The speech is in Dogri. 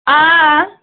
आं आं